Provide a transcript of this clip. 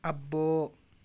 అబ్బో